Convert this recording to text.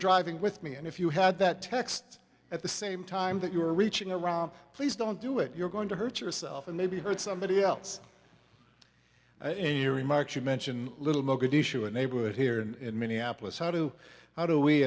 driving with me and if you had that text at the same time that you were reaching around please don't do it you're going to hurt yourself and maybe hurt somebody else in your remarks you mentioned little mogadishu a neighborhood here in minneapolis how do how do we